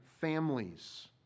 families